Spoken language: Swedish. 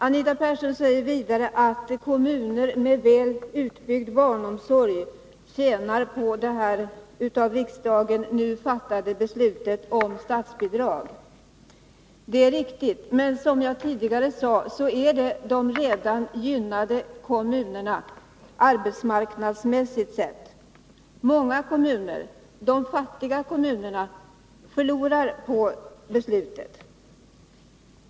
Anita Persson säger vidare att kommuner med väl utbyggd barnsomsorg tjänar på det av riksdagen nu fattade beslutet om statsbidrag. Det är riktigt, men som jag tidigare sade är det de arbetsmarknadsmässigt sett redan gynnade kommunerna. Många kommuner — de fattiga kommunerna — förlorar på beslutet.